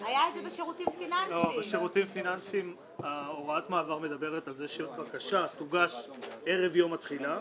בשירותים פיננסיים הוראת המעבר מדברת על זה שבקשה תוגש ערב יום התחילה,